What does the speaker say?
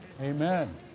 Amen